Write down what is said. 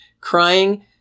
crying